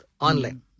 online